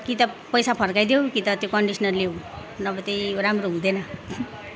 कि त पैसा फर्काइदेऊ कि त त्यो कन्डिसनर लेऊ नभए चाहिँ यो राम्रो हुँदैन